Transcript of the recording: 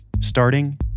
Starting